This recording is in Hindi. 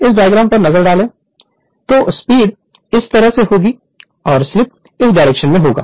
इस डायग्राम पर नज़र डालें तो स्पीड इस तरह से होगी और स्लीप इस डायरेक्शन में होगा